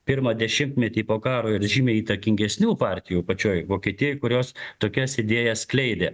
pirmą dešimtmetį po karo ir žymiai įtakingesnių partijų pačioj vokietijoj kurios tokias idėjas skleidė